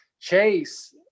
Chase –